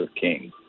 king